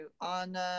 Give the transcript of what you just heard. on